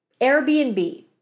Airbnb